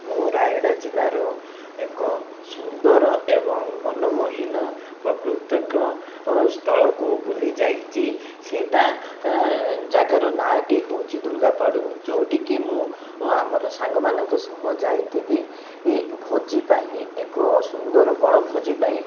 ମୁଁ ରାୟଗଡ଼ା ଜିଲ୍ଲାର ଏକ ସୁନ୍ଦର ଏବଂ ମନମୋହିନ ପ୍ରକୃତିକ ସ୍ତଳକୁ ବୁଲିଯାଇଛି ସେଇଟା ଜାଗାର ନାଁଟି ହେଉଛି ଦୂର୍ଗାପାଡ଼ୁ ଯେଉଁଠିକି ମୁଁ ଅ ଆମର ସାଙ୍ଗମାନଙ୍କ ସହ ଯାଇଥିଲି ଏ ଭୋଜି ପାଇଁ ଏକ ସୁନ୍ଦର ବଣଭୋଜିପାଇଁ